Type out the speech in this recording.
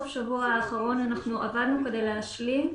מסרונים,